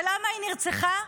למה היא נרצחה?